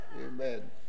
Amen